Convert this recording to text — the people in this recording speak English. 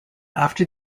after